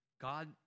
God